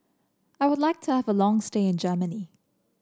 I would like to have a long stay in Germany